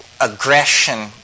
aggression